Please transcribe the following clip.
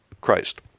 Christ